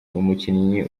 umukinyi